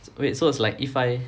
wait so it's like if I